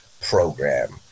program